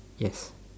yes